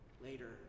Later